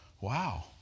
wow